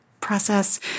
process